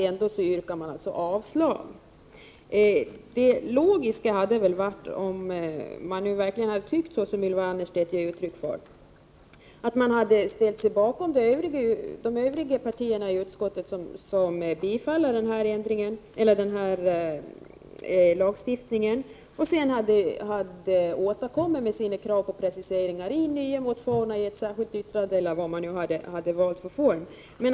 Ändå yrkar man avslag. Det hade väl varit logiskt — om man nu verkligen har den uppfattning som Ylva Annerstedt ger uttryck för — att ansluta sig till övriga partier i utskottet som säger ja till denna lagstiftning för att sedan i t.ex. en motion eller ett särskilt yttrande återkomma med krav på preciseringar.